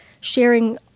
sharing